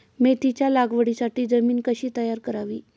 मेथीच्या लागवडीसाठी जमीन कशी तयार करावी?